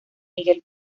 miguel